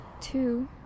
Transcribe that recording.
two